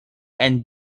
and